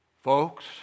Folks